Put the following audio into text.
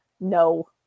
No